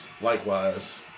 Likewise